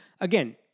again